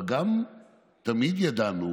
אבל גם תמיד ידענו